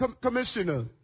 Commissioner